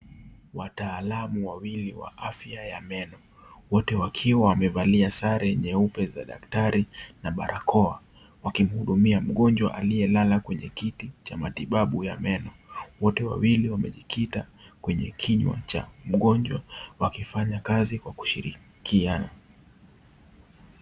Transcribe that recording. Watalamu wawili wa afya ya meno. Wote wakiwa wamevalia sare nyeupe za daktari na barakoa. Wakihudumia mgonjwa aliye lala kwenye kiti Cha matibabu ya meno. Wote wawili wamejikita kwenye kinywa Cha mgonjwa wakifanya kazi kwa kushirikiana.